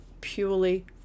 purely